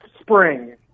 spring